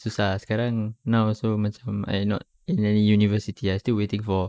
susah ah sekarang now also macam I'm not in any university I'm still waiting for